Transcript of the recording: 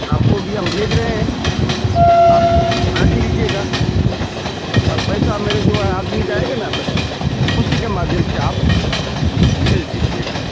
आपको भी हम भेज रहे हैं आप रख लीजिएगा आर पैसा मेरा जो है आदमी जो जाएगा ना वह उसी के माध्यम से आप भेज दीजिएगा